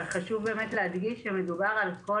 אבל חשוב באמת להדגיש שמדובר על כל